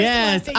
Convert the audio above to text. Yes